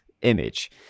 image